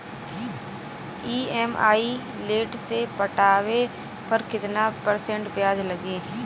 EMI late से पटावे पर कितना परसेंट ब्याज लगी?